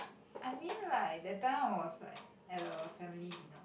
I mean like that time it was like at a family dinner